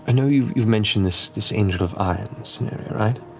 and know you mentioned this this angel of irons scenario, right?